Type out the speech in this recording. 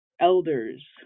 elders